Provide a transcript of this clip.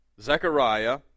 Zechariah